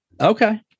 Okay